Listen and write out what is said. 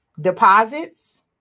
deposits